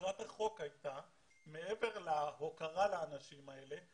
מטרת החוק מעבר להוקרה לאנשים האלה,